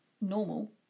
normal